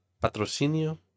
Patrocinio